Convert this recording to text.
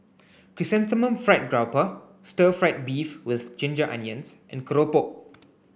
chrysanthemum fried grouper stir fry beef with ginger onions and Keropok